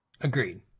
Agreed